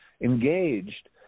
engaged